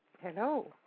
Hello